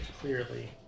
clearly